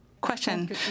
Question